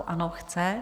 Ano, chce.